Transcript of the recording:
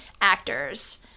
actors